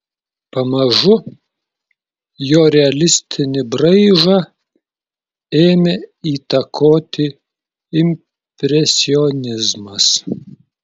pamažu jo realistinį braižą ėmė įtakoti impresionizmas